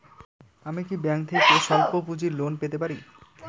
আমি কি ব্যাংক থেকে স্বল্প পুঁজির লোন পেতে পারি?